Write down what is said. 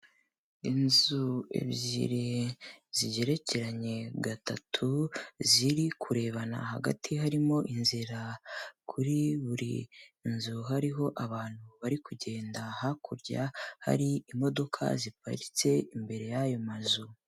Inzu ebyiri zigerekeranye gatatu, ziri kurebana hagati harimo inzira, kuri buri nzu hariho abantu bari kugenda, hakurya hari imodoka ziparitse imbere y'ayo mazu.